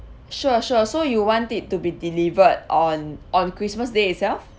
sure sure so you want it to be delivered on on christmas day itself